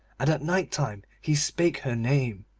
and at night-time he spake her name.